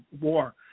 war